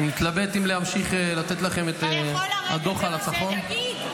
אני מתלבט אם להמשיך לתת לכם את הדוח על הצפון,